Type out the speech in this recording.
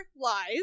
lies